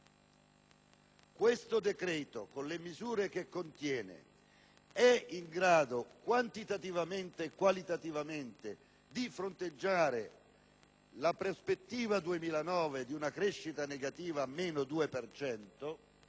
Questo decreto, con le misure che contiene, è in grado - quantitativamente e qualitativamente - di fronteggiare la prospettiva per il 2009 di una crescita negativa del 2